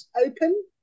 open